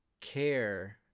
care